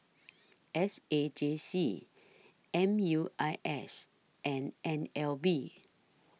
S A J C M U I S and N L B